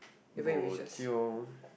bojio